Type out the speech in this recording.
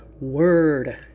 word